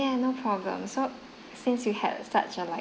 yeah no problem so since you had such a like